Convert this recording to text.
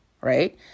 right